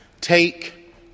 take